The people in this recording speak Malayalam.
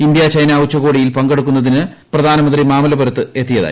ഇന്ത്യ ചൈന ഉച്ചകോടിയിൽ പങ്കെടുക്കുന്നതിനാണ് പ്രധാനമന്ത്രി മാമല്ലപുരത്ത് എത്തിയത്